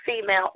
female